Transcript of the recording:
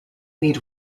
need